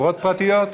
חברות פרטיות.